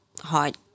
hard